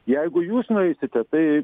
jeigu jūs nueisite tai